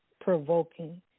provoking